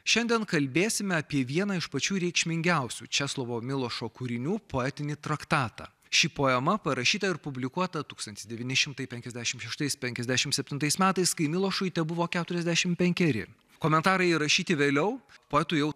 šiandien kalbėsime apie vieną iš pačių reikšmingiausių česlovo milošo kūrinių poetinį traktatą ši poema parašyta ir publikuota tūkstantis devyni šimtai penkiasdešimt šeštais penkiasdešimt septintais metais kai milošui tebuvo keturiasdešimt penkeri komentarai įrašyti vėliau poetui jau